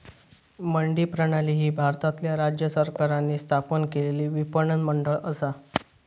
मंडी प्रणाली ही भारतातल्या राज्य सरकारांनी स्थापन केलेला विपणन मंडळ असा